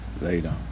later